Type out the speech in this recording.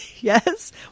Yes